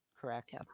Correct